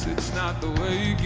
not the waking,